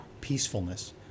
peacefulness